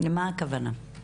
למה הכוונה?